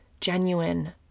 genuine